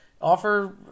Offer